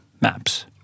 Maps